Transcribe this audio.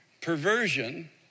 Perversion